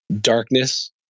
darkness